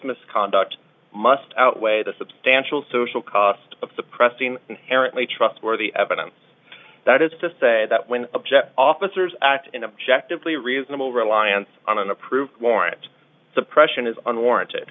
misconduct must outweigh the substantial social cost of suppressing inherently trustworthy evidence that is to say that when object officers act in objective lee reasonable reliance on an approved warrant suppression is unwarranted